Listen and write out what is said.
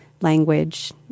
language